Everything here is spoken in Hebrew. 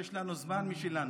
יש לנו זמן משלנו.